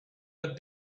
but